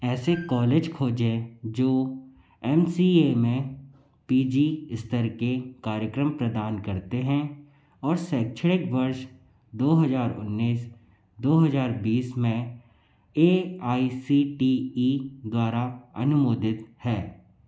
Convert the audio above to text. ऐसे कॉलेज खोजें जो एम सी ए में पी जी स्तर के कार्यक्रम प्रदान करते हैं और शैक्षणिक वर्ष दो हज़ार उन्नीस दो हज़ार बीस में A I C T E द्वारा अनुमोदित हैं